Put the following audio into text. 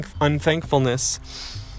unthankfulness